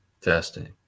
Testing